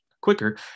quicker